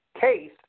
case